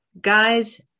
guys